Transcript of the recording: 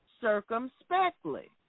circumspectly